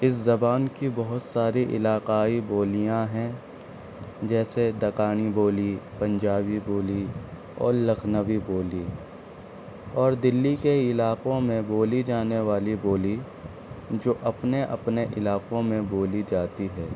اس زبان کی بہت ساری علاقائی بولیاں ہیں جیسے دکنی بولی پنجابی بولی اور لکھنوی بولی اور دلّّی کے علاقوں میں بولی جانی والی بولی جو اپنے اپنے علاقوں میں بولی جاتی ہے